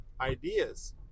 ideas